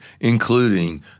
Including